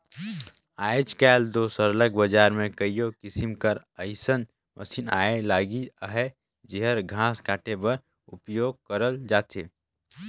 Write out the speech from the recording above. आएज काएल दो सरलग बजार में कइयो किसिम कर अइसन मसीन आए लगिन अहें जेहर घांस काटे बर उपियोग करल जाथे